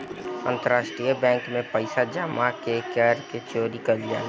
अंतरराष्ट्रीय बैंक में पइसा जामा क के कर के चोरी कईल जाला